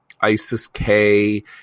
ISIS-K